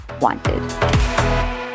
wanted